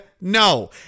No